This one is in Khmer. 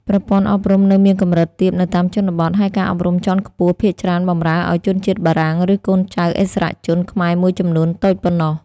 ប្រព័ន្ធអប់រំនៅមានកម្រិតទាបនៅតាមជនបទ ហើយការអប់រំជាន់ខ្ពស់ភាគច្រើនបម្រើឱ្យជនជាតិបារាំង ឬកូនចៅឥស្សរជនខ្មែរមួយចំនួនតូចប៉ុណ្ណោះ។